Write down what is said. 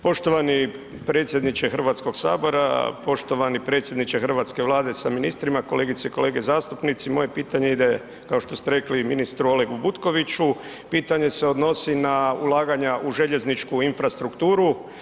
Poštovani predsjedniče Hrvatskog sabora, poštovani predsjedniče hrvatske Vlade sa ministrima, kolegice i kolege zastupnici, moje pitanje ide kao što ste rekli ministru Olegu Butkoviću, pitanje se odnosi na ulaganja u željezničku infrastrukturu.